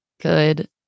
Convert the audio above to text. good